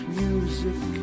music